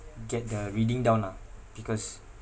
get the reading down lah because